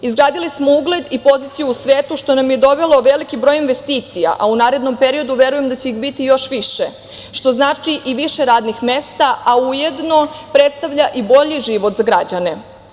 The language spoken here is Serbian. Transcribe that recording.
Izgradili smo ugled i poziciju u svetu, što nam je dovelo veliki broj investicija, a u narednom periodu verujem da će ih biti još više, što znači i više radnih mesta, a ujedno predstavlja i bolji život za građane.